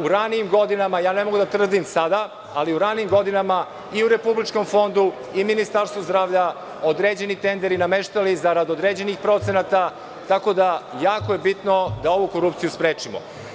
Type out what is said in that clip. u ranijim godinama, ne mogu da tvrdim sada, ali u ranijim godinama, i u Republičkom fondu i Ministarstvu zdravlja određeni tenderi nameštali zarad određenih procenata, tako da jako je bitno da ovu korupciju sprečimo.